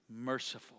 merciful